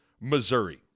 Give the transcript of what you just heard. Missouri